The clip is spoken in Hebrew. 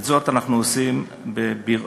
ואת זאת אנחנו עושים בביר-הדאג',